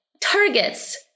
targets